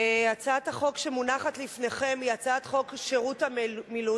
הצעת החוק שמונחת לפניכם היא הצעת חוק שירות המילואים,